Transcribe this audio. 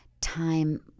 time